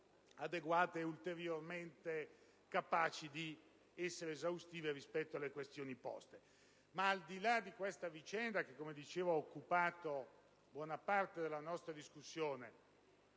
di essere ulteriormente esaustive rispetto alle questioni poste. Al di là di questa vicenda, che - come dicevo - ha occupato buona parte della nostra discussione,